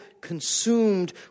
consumed